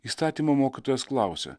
įstatymo mokytojas klausia